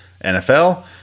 NFL